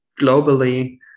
globally